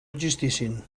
existissin